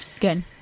good